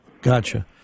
Gotcha